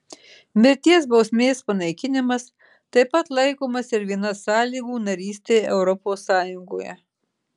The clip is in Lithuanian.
mirties bausmės panaikinimas taip pat laikomas ir viena sąlygų narystei europos sąjungoje